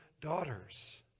daughters